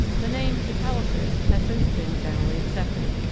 the name catalysis has since been generally accepted.